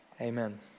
Amen